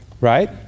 right